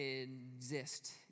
exist